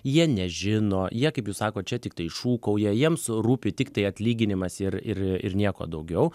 jie nežino jie kaip jūs sakot čia tiktai šūkauja jiems rūpi tiktai atlyginimas ir ir ir nieko daugiau